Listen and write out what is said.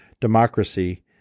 democracy